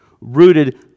rooted